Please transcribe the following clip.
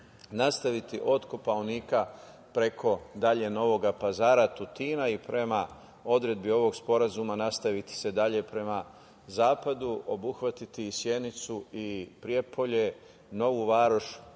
nastaviti od Kopaonika, preko Novog Pazara, Tutina i prema odredbi ovog sporazuma nastaviti dalje prema zapadu, obuhvatiti i Sjenicu i Prijepolje, Novu Varoš